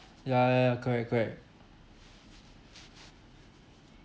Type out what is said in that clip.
ya ya ya correct correct